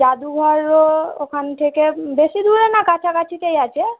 জাদুঘরও ওখান থেকে বেশি দূরে না কাছাকাছিতেই আছে